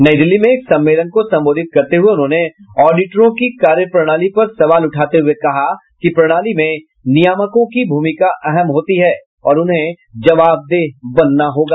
नई दिल्ली में एक सम्मेलन को संबोधित करते हुये उन्होंने ऑडिटरों की कार्यप्रणाली पर सवाल उठाते हुये कहा कि प्रणाली में नियामकों की भूमिका अहम होती है और उन्हें जवाबदेह बनना होगा